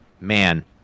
Man